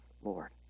Lord